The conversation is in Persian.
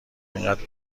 انقدر